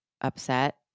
upset